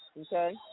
Okay